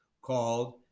called